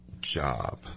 job